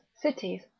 cities